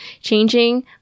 changing